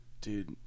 Dude